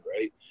right